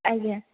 ଆଜ୍ଞା